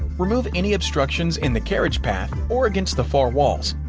remove any obstructions in the carriage path or against the far walls.